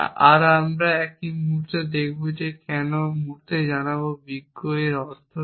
আর আমরা এক মুহূর্ত দেখব কেন বা মূহুর্তে জানাব বিজ্ঞ কিন্তু এর অর্থ কী